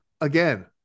again